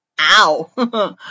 Ow